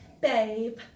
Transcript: Babe